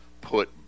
put